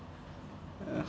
uh